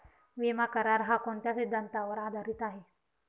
विमा करार, हा कोणत्या सिद्धांतावर आधारीत आहे?